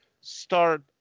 start